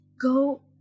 Go